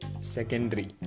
secondary